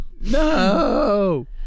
No